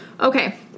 Okay